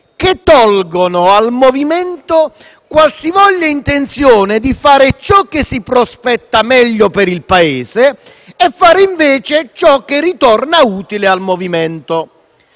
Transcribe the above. che tolgono al Movimento qualsivoglia intenzione di fare ciò che si prospetta essere il meglio per il Paese e fare invece ciò che torna utile al Movimento